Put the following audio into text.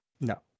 No